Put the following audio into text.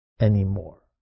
anymore